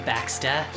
Baxter